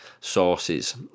sources